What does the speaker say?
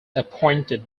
appointed